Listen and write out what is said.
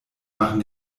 machen